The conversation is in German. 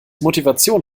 motivation